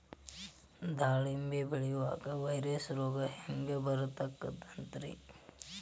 ದಾಳಿಂಬಿ ಬೆಳಿಯಾಗ ವೈರಸ್ ರೋಗ ಹ್ಯಾಂಗ ಗೊತ್ತಾಕ್ಕತ್ರೇ?